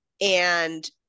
and-